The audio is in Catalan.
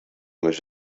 més